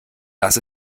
das